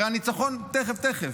הרי הניצחון תכף-תכף.